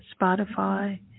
Spotify